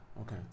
Okay